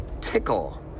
tickle